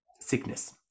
sickness